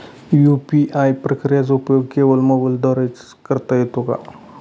UPI प्रक्रियेचा उपयोग केवळ मोबाईलद्वारे च करता येतो का?